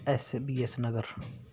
S B S Nagar